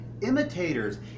imitators